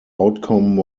outcome